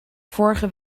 vorige